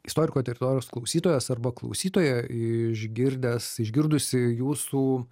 istoriko teritorijos klausytojas arba klausytoja išgirdęs išgirdusį jūsų